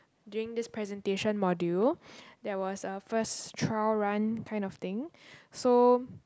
during this presentation module there was a first trial run kind of thing so